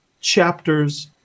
chapters